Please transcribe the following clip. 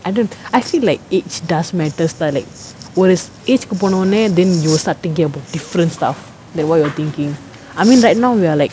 I don't I feel like age does matters lah like ஒரு:oru age கு போனோனே:ku pononae then you will start thinking about different stuff than what you are thinking I mean right now we are like